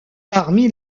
parmi